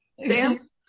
sam